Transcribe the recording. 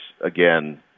again